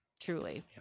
truly